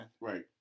Right